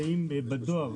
בדואר,